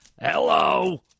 Hello